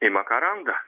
ima ką randa